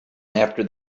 after